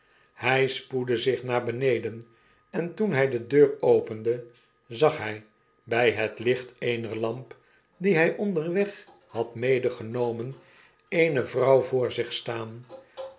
hjj spoedde zich naar beneden en toen hy de deur opende zag hy mi het licht eener lamp die hy onderweg had medegenomen eene vrouw voor zich staan